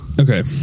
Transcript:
okay